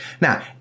Now